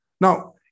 Now